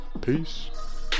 Peace